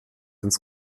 ins